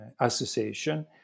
association